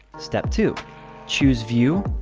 step two choose view,